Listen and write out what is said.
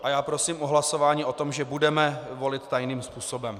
A já prosím o hlasování o tom, že budeme volit tajným způsobem.